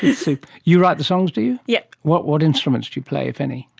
you so you write the songs, do you? yes. what what instruments do you play, if any?